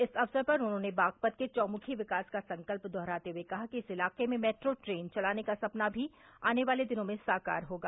इस अवसर पर उन्होंने बागपत के चौमुखी विकास का संकल्प दोहराते हुए कहा कि इस इलाके में मेट्रो ट्रेन चलाने का सपना भी आने वाले दिनों में साकार होगा